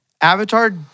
Avatar